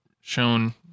shown